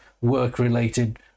Work-related